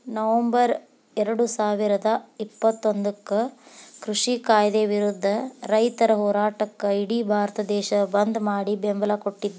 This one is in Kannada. ನವೆಂಬರ್ ಎರಡುಸಾವಿರದ ಇಪ್ಪತ್ತೊಂದಕ್ಕ ಕೃಷಿ ಕಾಯ್ದೆ ವಿರುದ್ಧ ರೈತರ ಹೋರಾಟಕ್ಕ ಇಡಿ ಭಾರತ ದೇಶ ಬಂದ್ ಮಾಡಿ ಬೆಂಬಲ ಕೊಟ್ಟಿದ್ರು